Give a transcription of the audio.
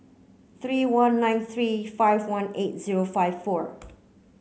three one nine three five one eight zero five four